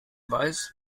weiß